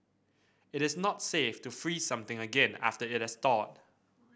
it is not safe to freeze something again after it has thawed